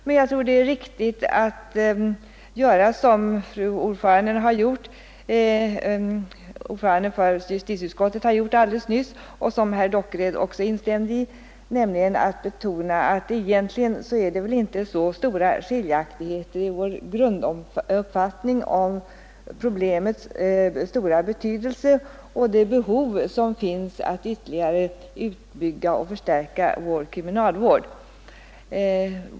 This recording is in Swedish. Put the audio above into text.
Men jag tror det är riktigt att göra som fru ordföranden i justitieutskottet gjorde alldeles nyss — och som herr Dockered instämde i — nämligen betona att skiljaktigheterna' egentligen inte är så stora i vår grunduppfattning om problemens stora betydelse och behoven av att ytterligare utbygga och förstärka vår kriminalvård.